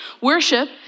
Worship